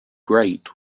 grate